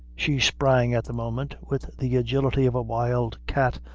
she sprang at the moment, with the agility of a wild cat,